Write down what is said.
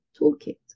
toolkit